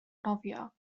nofio